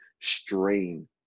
strain